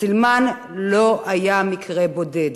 סילמן לא היה מקרה בודד,